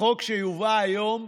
החוק שיובא היום,